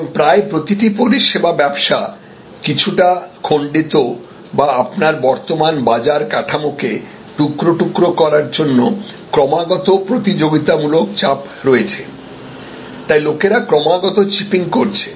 এবং প্রায় প্রতিটি পরিষেবা ব্যবসা কিছুটা খণ্ডিত বা আপনার বর্তমান বাজার কাঠামো কে টুকরো টুকরো করার জন্য ক্রমাগত প্রতিযোগিতামূলক চাপ রয়েছে তাই লোকেরা ক্রমাগত চিপিং করছে